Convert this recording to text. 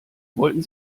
wollten